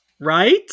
Right